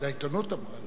זו העיתונות אמרה.